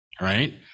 right